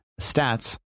stats